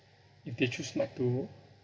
if they choose not to